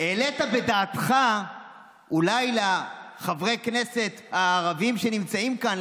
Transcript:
העלית בדעתך אולי לחברי הכנסת הערבים שנמצאים כאן,